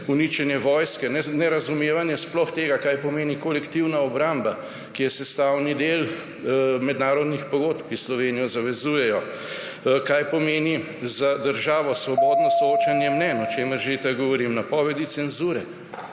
uničenje vojske, nerazumevanje sploh tega, kaj pomeni kolektivna obramba, ki je sestavni del mednarodnih pogodb, ki Slovenijo zavezujejo, kaj pomeni za državo svobodno soočanje mnenj, o čemer že itak govorim, napovedi cenzure.